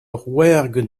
rouergue